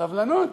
סבלנות.